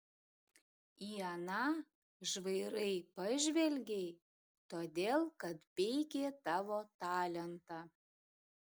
į aną žvairai pažvelgei todėl kad peikė tavo talentą